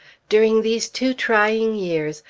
during these two trying years,